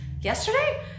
yesterday